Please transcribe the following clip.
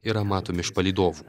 yra matomi iš palydovų